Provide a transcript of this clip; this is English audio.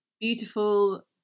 beautiful